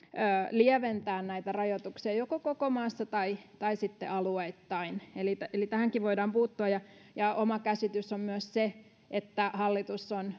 lieventää näitä rajoituksia joko koko maassa tai tai sitten alueittain eli tähänkin voidaan puuttua oma käsitykseni on myös se että